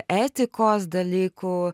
etikos dalykų